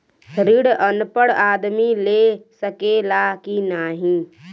ऋण अनपढ़ आदमी ले सके ला की नाहीं?